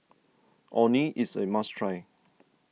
Orh Nee is a must try